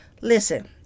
Listen